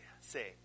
say